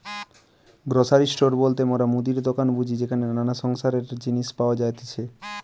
grocery store বলতে মোরা মুদির দোকান বুঝি যেখানে নানা সংসারের জিনিস পাওয়া যাতিছে